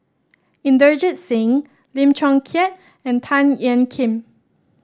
Inderjit Singh Lim Chong Keat and Tan Ean Kiam